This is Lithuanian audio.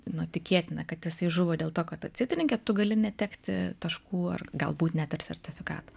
nu tikėtina kad jisai žuvo dėl to kad atsitrenkė tu gali netekti taškų ar galbūt net ir sertifikato